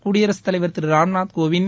குடியரசுத் தலைவர் திரு ராம்நாத் கோவிந்த்